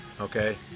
okay